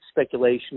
speculation